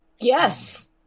Yes